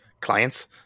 clients